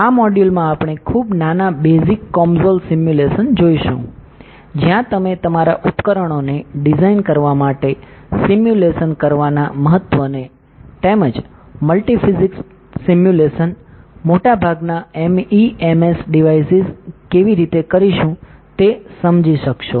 આ મોડ્યુલ માં આપણે ખૂબ નાના બેઝિક COMSOL સિમ્યુલેશન જોશું જ્યાં તમે તમારા ઉપકરણોને ડિઝાઇન કરવા માટે સિમ્યુલેશન કરવાના મહત્ત્વને તેમજ મલ્ટિ ફિઝિક્સ સિમ્યુલેશન મોટેભાગના MEMS ડિવાઇસીસ કેવી રીતે કરીશું તે સમજી શકશો